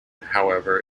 however